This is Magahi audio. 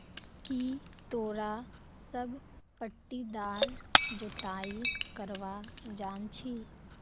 की तोरा सब पट्टीदार जोताई करवा जानछी